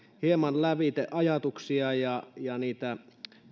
hieman lävitse ajatuksia ja ja niitä